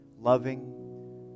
loving